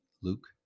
luke